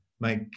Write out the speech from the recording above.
make